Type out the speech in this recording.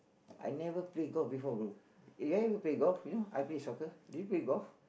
I never play golf before bro you play golf you know I play soccer do you play golf